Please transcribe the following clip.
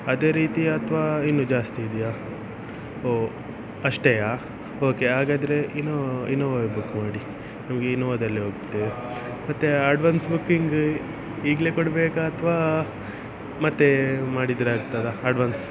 ಅದೇ ರೀತಿಯೇ ಅಥವಾ ಇನ್ನೂ ಜಾಸ್ತಿ ಇದೆಯೇ ಓ ಅಷ್ಟೇಯಾ ಓಕೆ ಹಾಗಾದರೆ ಇನೋ ಇನೋವಾ ಇನೋವಾವೇ ಬುಕ್ ಮಾಡಿ ನಮಗೆ ಇನೋವಾದಲ್ಲೇ ಹೋಗ್ತೇವೆ ಮತ್ತು ಅಡ್ವಾನ್ಸ್ ಬುಕಿಂಗ್ ಈಗಲೇ ಕೊಡಬೇಕಾ ಅಥವಾ ಮತ್ತೆ ಮಾಡಿದರೆ ಆಗ್ತದಾ ಅಡ್ವಾನ್ಸ್